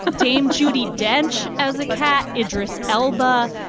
ah dame judi dench as a cat. idris elba.